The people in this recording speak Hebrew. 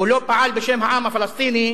הוא לא פעל בשם העם הפלסטיני,